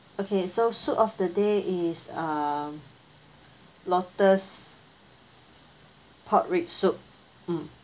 okay so soup of the day is um lotus pork rib soup um